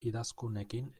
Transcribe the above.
idazkunekin